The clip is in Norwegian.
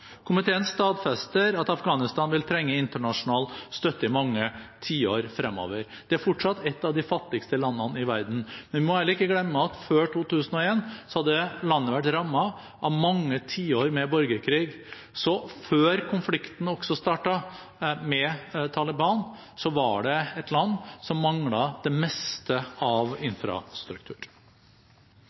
Komiteen stadfester at Afghanistan vil trenge internasjonal støtte i mange tiår fremover. Det er fortsatt et av de fattigste landene i verden. Men vi må heller ikke glemme at før 2001 hadde landet vært rammet av mange tiår med borgerkrig, så også før konflikten med Taliban startet, var det et land som manglet det meste av infrastruktur.